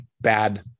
bad